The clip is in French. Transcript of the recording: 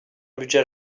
budget